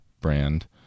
brand